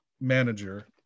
manager